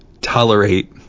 tolerate